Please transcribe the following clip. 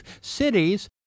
cities